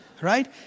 right